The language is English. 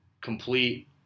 complete